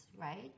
right